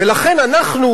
ולכן אנחנו,